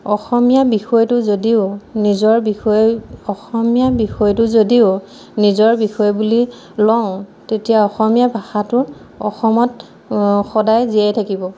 অসমীয়া বিষয়টো যদিও নিজৰ বিষয় অসমীয়া বিষয়টো যদিও নিজৰ বিষয় বুলি লওঁ তেতিয়া অসমীয়া ভাষাটো অসমত সদায় জীয়াই থাকিব